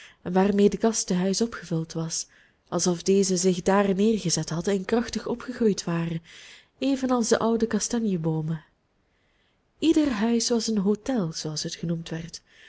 waarmee de kast te huis opgevuld was alsof deze zich daar neergezet hadden en krachtig opgegroeid waren evenals de oude kastanjeboomen ieder huis was een hotel zooals het genoemd werd